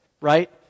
right